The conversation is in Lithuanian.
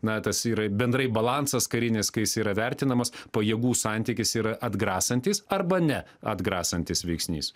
na tas yra bendrai balansas karinis kai jis yra vertinamas pajėgų santykis yra atgrasantis arba ne atgrasantis veiksnys